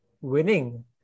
winning